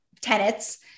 tenets